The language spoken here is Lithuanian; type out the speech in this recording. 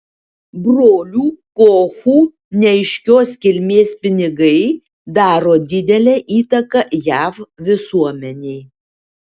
brolių kochų neaiškios kilmės pinigai daro didelę įtaką jav visuomenei